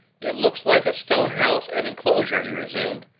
it looks like a stone house and inclosure, he resumed.